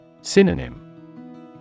Synonym